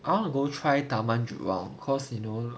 I want to go try taman jurong cause you know